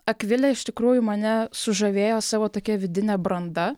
akvilė iš tikrųjų mane sužavėjo savo tokia vidine branda